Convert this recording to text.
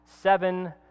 seven